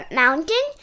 mountain